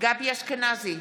גבי אשכנזי,